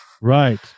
right